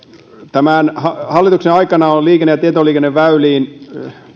tämän hallituksen aikana on liikenne ja tietoliikenneväyliin